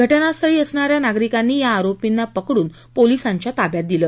घटनास्थळी असणाऱ्या नागरिकांनी या आरोपीना पकडून पोलिसांच्या ताब्यात दिलं